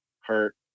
hurt